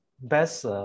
best